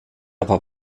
aber